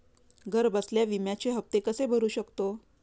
घरबसल्या विम्याचे हफ्ते कसे भरू शकतो?